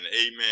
amen